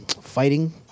Fighting